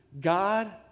God